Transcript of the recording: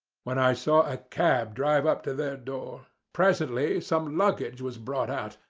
when i saw a cab drive up to their door. presently some luggage was brought out,